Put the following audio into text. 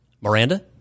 Miranda